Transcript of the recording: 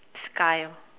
sky